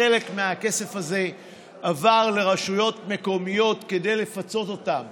חלק מהכסף הזה עבר לרשויות מקומיות כדי לפצות אותן